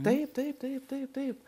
taip taip taip taip taip